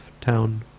town